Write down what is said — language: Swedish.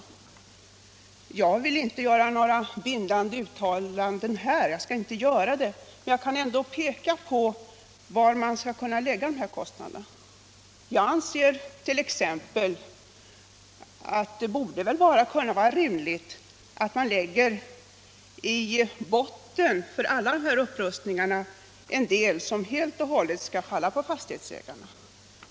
Jag skall inte göra några bindande uttalanden här. Men jag kan ändå peka på var man kan lägga kostnaderna. Jag anser t.ex. att det borde vara rimligt att man i botten för alla de här upprustningarna lägger en del som helt och hållet skall falla på fastighetsägarna.